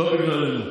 לא בגללנו.